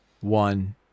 one